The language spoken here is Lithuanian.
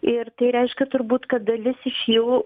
ir tai reiškia turbūt kad dalis iš jau